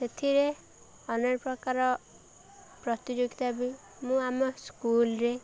ସେଥିରେ ଅନେକ ପ୍ରକାର ପ୍ରତିଯୋଗିତା ବି ମୁଁ ଆମ ସ୍କୁଲ୍ରେ